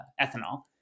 ethanol